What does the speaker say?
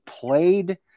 played